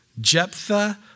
Jephthah